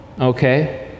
Okay